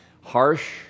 Harsh